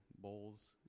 bowls